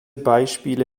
beispiele